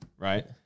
Right